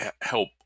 help